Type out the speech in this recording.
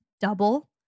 double